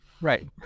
Right